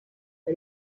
què